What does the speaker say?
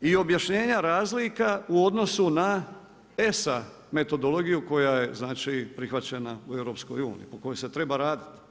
i objašnjenja razlika u odnosu na ESA metodologiju koja je prihvaćena u EU po kojoj se treba raditi.